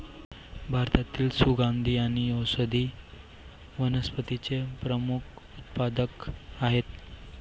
भारतातील सुगंधी आणि औषधी वनस्पतींचे प्रमुख उत्पादक आहेत